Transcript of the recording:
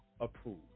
approved